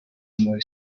muri